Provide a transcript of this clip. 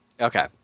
Okay